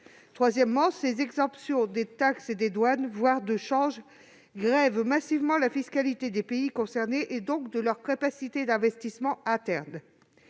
Troisièmement, ces exemptions de taxes et de douanes, voire de changes, grèvent massivement la fiscalité des pays concernés, donc leur capacité d'investissement interne.